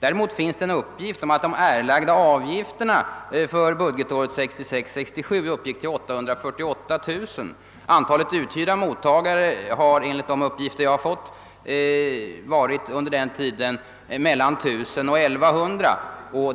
Däremot finns det en uppgift om att de erlagda avgifterna för budgetåret 1966/67 uppgick till 848 000 kronor. Antalet uthyrda mottagare har, enligt de uppgifter jag fått, under samma tid utgjort mellan 1000 och 1100 stycken.